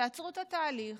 תעצרו את התהליך,